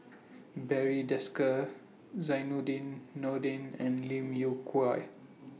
Barry Desker Zainudin Nordin and Lim Yew Kuan